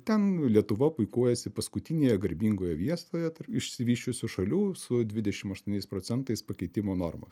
ten lietuva puikuojasi paskutinėje garbingoje vietoje tarp išsivysčiusių šalių su dvidešim aštuoniais procentais pakeitimo norma